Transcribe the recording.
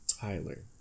Tyler